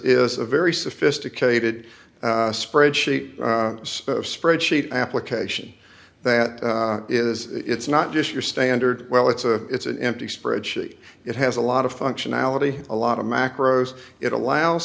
is a very sophisticated spreadsheet spreadsheet application that is it's not just your standard well it's a it's an empty spreadsheet it has a lot of functionality a lot of macros it allows